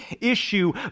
issue